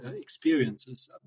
experiences